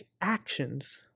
actions